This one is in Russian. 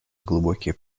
глубокие